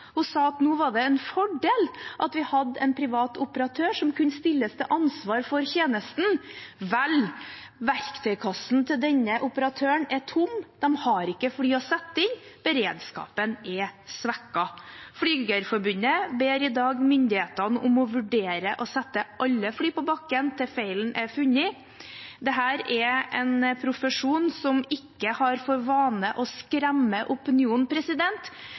Hun sa at nå var det en fordel at vi hadde en privat operatør som kunne stilles til ansvar for tjenesten. Vel, verktøykassen til denne operatøren er tom. De har ikke fly å sette inn. Beredskapen er svekket. Flygerforbundet ber i dag myndighetene om å vurdere å sette alle fly på bakken til feilen er funnet. Dette er en profesjon som ikke har for vane å